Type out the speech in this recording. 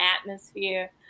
atmosphere